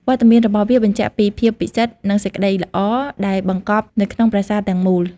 វត្តមានរបស់វាបញ្ជាក់ពី ភាពពិសិដ្ឋ និងសេចក្តីល្អ ដែលបង្កប់នៅក្នុងប្រាសាទទាំងមូល។